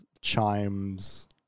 chimes